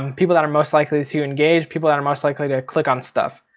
and people that are most likely to see you engage, people that are most likely to click on stuff.